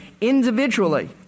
individually